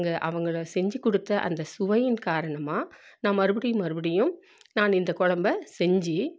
அவங்க அவங்க செஞ்சு கொடுத்த அந்த சுவையின் காரணமாக நான் மறுபடியும் மறுபடியும் நான் இந்த கொழம்ப செஞ்சு